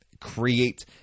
create